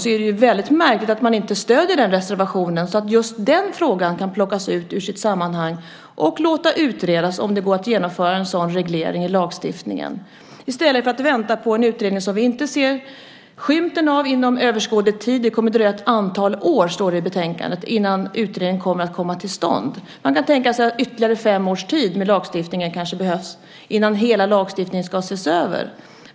Det är då väldigt märkligt att man inte stöder den reservationen så att just den frågan kan plockas ut ur sitt sammanhang och man kan låta utreda om det går att genomföra en sådan reglering i lagstiftningen, i stället för att vänta på en utredning som vi inte ser skymten av inom överskådlig tid. Det kommer att dröja ett antal år, står det i betänkandet, innan utredningen kommer att komma till stånd. Man kan tänka sig att det behövs ytterligare fem år med lagstiftningen innan hela lagstiftningen ska ses över.